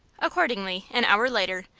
accordingly, an hour later,